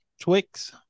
Twix